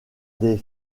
des